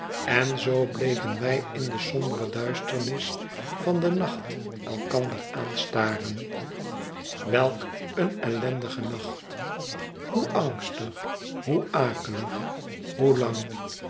en zoo bleven wij htde sombere duisternis van den nacht elkander aanstaren welk een ellendige nacht hoe angstig hoe akelig hoe lang